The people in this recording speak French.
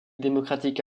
démocratique